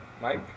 Mike